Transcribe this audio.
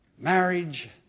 marriage